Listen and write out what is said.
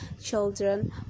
children